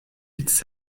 its